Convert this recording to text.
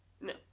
No